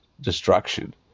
destruction